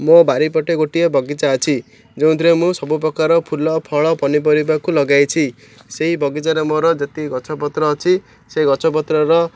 ମୋ ବାରି ପଟେ ଗୋଟିଏ ବଗିଚା ଅଛି ଯେଉଁଥିରେ ମୁଁ ସବୁ ପ୍ରକାର ଫୁଲ ଫଳ ପନିପରିବାକୁ ଲଗାଇଛି ସେଇ ବଗିଚାରେ ମୋର ଯେତିକି ଗଛପତ୍ର ଅଛି ସେ ଗଛ ପତ୍ରର